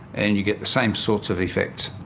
and you get the same sorts of effects.